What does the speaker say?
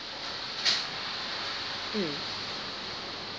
mm